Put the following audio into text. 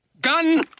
Gun